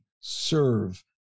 serve